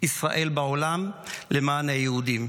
ישראל בעולם למען היהודים.